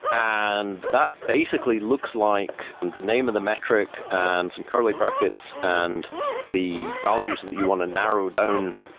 and that basically looks like the name of the metric and some curly brackets and the values that you want to narrow down.